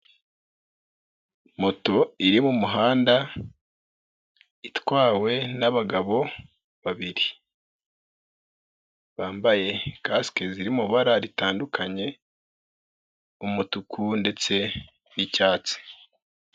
Moto iri mumuhanda itwawe n'abagabo babiri bambaye kasike ziri mu ibara ritandukanye umutuku ndetse n'icyatsi.